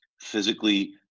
physically